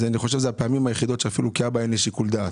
אני חושב שזה הפעמים היחידות שאפילו כאבא אין לי שיקול דעת.